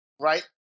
right